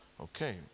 Okay